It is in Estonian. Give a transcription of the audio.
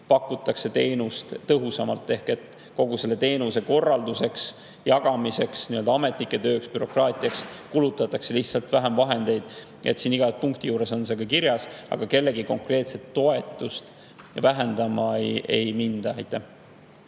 pakutakse teenuseid tõhusamalt: teenuste korraldamiseks, jagamiseks, ametnike tööks, bürokraatiaks kulutatakse lihtsalt vähem vahendeid. Iga punkti juures on see ka kirjas. Aga kellegi konkreetset toetust vähendama ei minda.